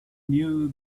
knew